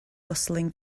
rustling